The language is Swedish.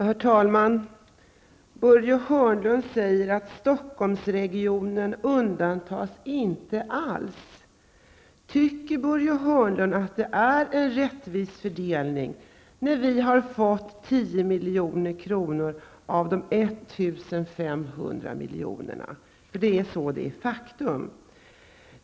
Herr talman! Börje Hörnlund säger att Stockholmsregionen inte alls undantas. Tycker Börje Hörnlund att det är en rättvis fördelning när vi har fått 10 milj.kr. av dessa 1 500 milj.kr? Det är så, det är faktum.